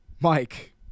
Mike